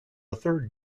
third